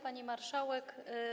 Pani Marszałek!